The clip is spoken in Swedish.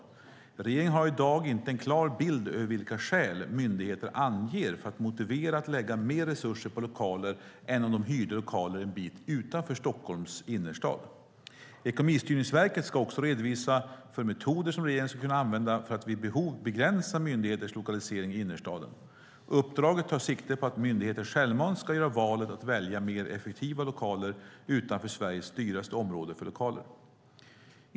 Regeringen har i dag inte en klar bild över vilka skäl myndigheter anger för att motivera att lägga mer resurser på lokaler än om de hyrde lokaler en bit utanför Stockholms innerstad. Ekonomistyrningsverket ska också redovisa metoder som regeringen skulle kunna använda för att vid behov begränsa myndigheternas lokalisering i innerstaden. Uppdraget tar sikte på att myndigheter självmant ska göra valet att välja mer effektiva lokaler utanför Sveriges dyraste område för lokaler.